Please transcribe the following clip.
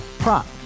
Prop